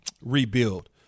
rebuild